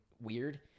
weird